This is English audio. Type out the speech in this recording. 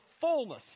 fullness